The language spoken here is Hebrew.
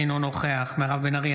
אינו נוכח מירב בן ארי,